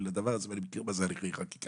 הדבר הזה ואני מכיר מה זה הליכי חקיקה.